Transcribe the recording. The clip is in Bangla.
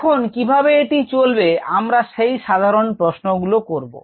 এখন কিভাবে এটি চলবে আমরা সেই সাধারণ প্রশ্ন গুলো করবো